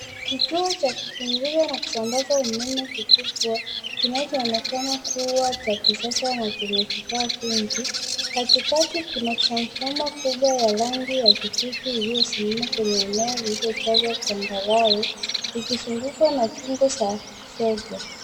Kituo cha kupunguza na kusambaza umeme kikubwa, kinachoonekana kuwa cha kisasa na chenye vifaa vingi. Katikati kuna transfomer kubwa ya rangi ya kijivu iliyosimama kwenye eneo lililojazwa changarawe likizungukwa na kingo za zege.